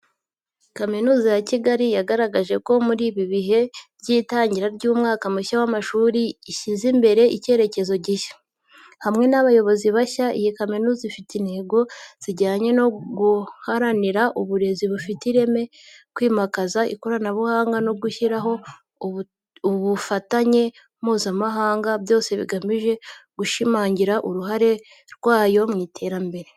Kaminuza ya Kigali yagaragaje ko muri ibi bihe by’itangira ry’umwaka mushya w’amashuri, ishyize imbere icyerekezo gishya. Hamwe n’abayobozi bashya, iyi kaminuza ifite intego zijyanye no guharanira uburezi bufite ireme, kwimakaza ikoranabuhanga, no gushyiraho ubufatanye mpuzamahanga, byose bigamije gushimangira uruhare rwayo mu iterambere.